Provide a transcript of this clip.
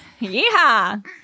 Yeehaw